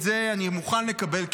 את זה אני מוכן לקבל,